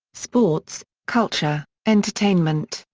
sports, culture, entertainment,